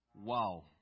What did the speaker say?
Wow